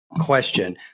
question